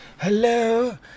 Hello